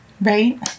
Right